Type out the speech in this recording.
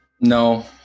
No